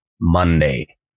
Monday